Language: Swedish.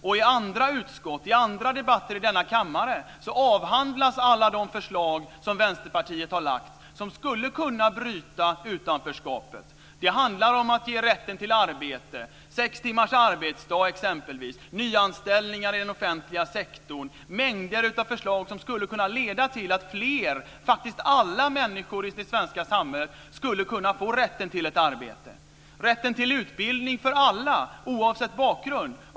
I andra utskott och i andra debatter i denna kammare avhandlas alla de förslag som Vänsterpartiet har lagt fram och som skulle kunna bryta utanförskapet. Det handlar om att ge rätten till arbete, rätten till sex timmars arbete, nyanställningar i den offentliga sektorn osv. - mängder av förslag som skulle kunna leda till att fler - faktiskt alla - människor i det svenska samhället skulle kunna få ett arbete. Det gäller rätten till utbildning för alla oavsett bakgrund.